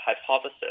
hypothesis